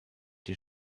die